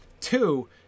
Two